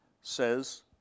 says